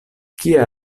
kia